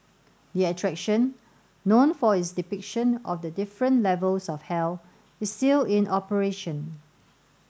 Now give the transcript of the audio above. the attraction known for its depiction of the different levels of hell is still in operation